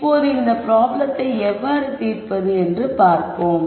இப்போது இந்த ப்ராப்ளத்தை எவ்வாறு தீர்ப்பது என்று பார்ப்போம்